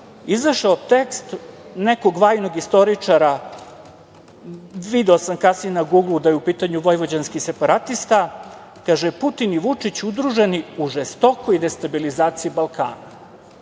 izašao tekst nekog vajnog istoričara, video sam kasnije na Guglu da je u pitanju vojvođanski separatista, koji kaže - Putin i Vučić udruženi u žestokoj destabilizaciji Balkana.